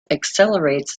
accelerates